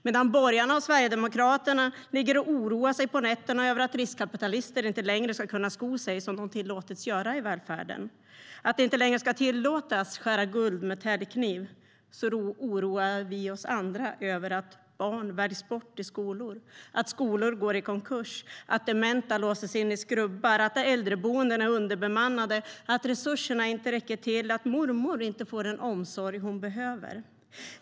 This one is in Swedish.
Medan borgarna och Sverigedemokraterna ligger och oroar sig på nätterna över att riskkapitalister inte längre ska kunna sko sig som de tillåtits göra i välfärden, att de inte längre ska tillåtas skära guld med täljkniv, oroar vi oss andra över att barn väljs bort i skolor, att skolor går i konkurs, att dementa låses in i skrubbar, att äldreboenden är underbemannade, att resurserna inte räcker till och att mormor inte får den omsorg hon behöver.